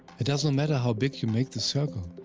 it does not matter how big you make this circle,